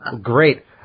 Great